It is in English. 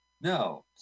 No